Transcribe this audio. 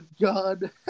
God